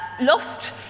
lost